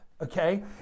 Okay